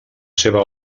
seva